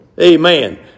Amen